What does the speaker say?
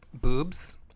Boobs